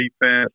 defense